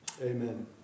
Amen